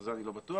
זה אני לא בטוח,